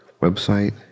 website